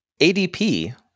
ADP